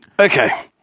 Okay